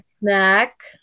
snack